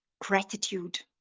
gratitude